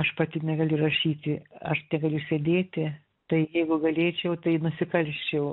aš pati negaliu rašyti aš tegaliu sėdėti tai jeigu galėčiau tai nusikalsčiau